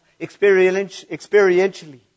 Experientially